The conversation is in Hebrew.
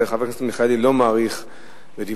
וחבר הכנסת מיכאלי לא מאריך בדיבורו,